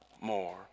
more